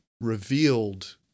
revealed